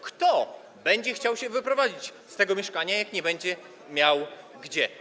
Kto będzie chciał się wyprowadzić z tego mieszkania, jak nie będzie miał gdzie?